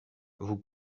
vous